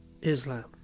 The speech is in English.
Islam